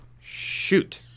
Shoot